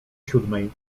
siódmej